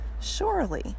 Surely